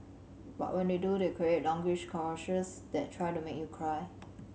but when they do they create longish commercials that try to make you cry